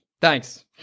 Thanks